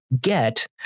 get